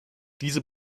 diese